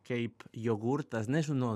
kaip jogurtas nežinau